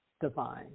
divine